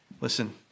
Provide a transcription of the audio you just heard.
listen